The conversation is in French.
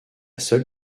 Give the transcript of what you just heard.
seule